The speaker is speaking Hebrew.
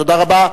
תודה רבה.